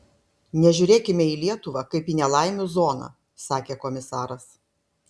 nežiūrėkime į lietuvą kaip į nelaimių zoną sakė komisaras